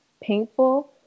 painful